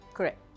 correct